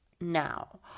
Now